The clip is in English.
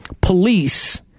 police